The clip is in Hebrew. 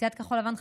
סיעת כחול לבן,